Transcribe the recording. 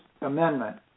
amendment